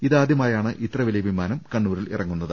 ഇതാദ്യമായാണ് വലിയ വിമാനം കണ്ണൂരിലിറങ്ങുന്നത്